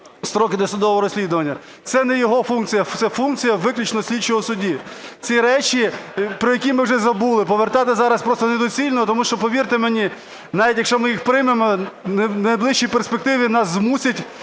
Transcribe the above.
строки досудового розслідування. Це не його функція, це функція виключно слідчого судді. Ці речі, про які ми вже забули, повертати зараз просто недоцільно, тому що, повірте мені, навіть якщо ми їх приймемо, в найближчій перспективі нас змусять